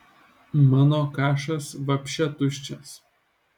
mano kašas vapše tuščias